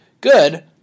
good